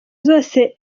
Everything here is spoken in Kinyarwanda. zose